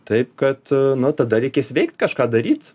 taip kad na tada reikės veikti kažką daryt